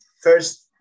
First